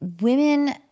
women